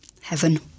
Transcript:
Heaven